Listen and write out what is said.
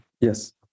Yes